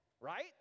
right